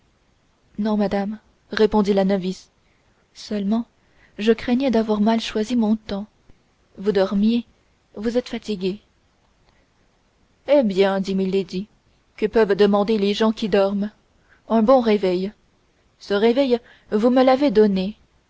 non madame répondit la novice seulement je craignais d'avoir mal choisi mon temps vous dormiez vous êtes fatiguée eh bien dit milady que peuvent demander les gens qui dorment un bon réveil ce réveil vous me l'avez donné